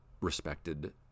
respected